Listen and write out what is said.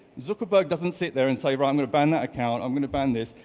zuckerberg doesn't sit there and say, well i'm gonna ban that account, i'm gonna ban this.